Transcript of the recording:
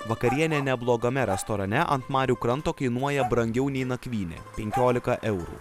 vakarienė neblogame restorane ant marių kranto kainuoja brangiau nei nakvynė penkiolika eurų